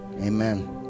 amen